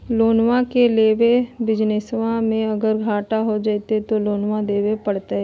लोनमा लेके बिजनसबा मे अगर घाटा हो जयते तो लोनमा देवे परते?